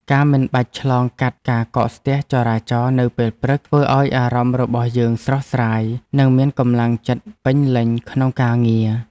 ការមិនបាច់ឆ្លងកាត់ការកកស្ទះចរាចរណ៍នៅពេលព្រឹក ធ្វើឱ្យអារម្មណ៍របស់យើងស្រស់ស្រាយ និងមានកម្លាំងចិត្តពេញលេញក្នុងការងារ។